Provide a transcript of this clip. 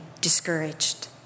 discouraged